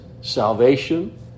salvation